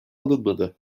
alınmadı